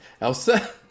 Elsa